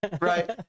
right